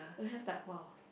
it was just like !wah!